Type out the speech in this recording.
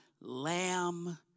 Lamb